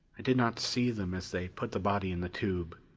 i did not see them as they put the body in the tube,